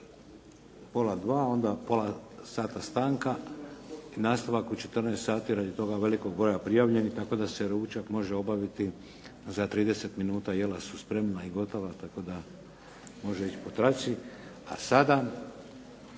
pola dva, onda pola sata stanka, nastavak u 14 sati radi toga velikog broja prijavljenih tako da se ručak može obaviti za 30 minuta. Jela su spremna i gotova tako da može ići po traci. A sada